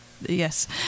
Yes